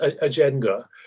agenda